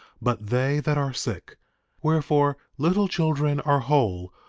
but they that are sick wherefore, little children are whole,